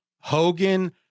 Hogan